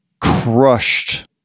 crushed